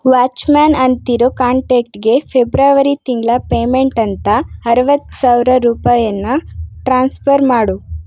watchman ಅಂತಿರೋ ಕಾಂಟ್ಯಾಕ್ಟ್ಗೆ February ತಿಂಗಳ ಪೇಮೆಂಟ್ ಅಂತ ಅರುವತ್ತು ಸಾವಿರ ರೂಪಾಯಿಯನ್ನ ಟ್ರಾನ್ಸ್ಫರ್ ಮಾಡು